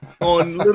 on